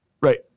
Right